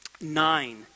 Nine